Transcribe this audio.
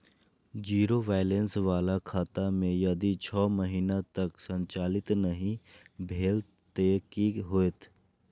Zero balance बाला खाता में यदि छः महीना तक संचालित नहीं भेल ते कि होयत?